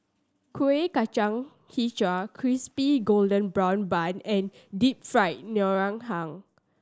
Kueh Kacang Hijau Crispy Golden Brown Bun and Deep Fried Ngoh Hiang